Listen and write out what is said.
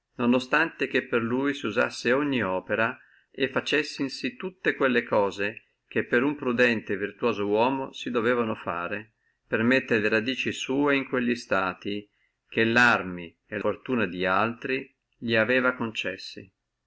ostante che per lui si usassi ogni opera e facessi tutte quelle cose che per uno prudente e virtuoso uomo si doveva fare per mettere le barbe sua in quelli stati che larme e fortuna di altri li aveva concessi